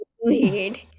weird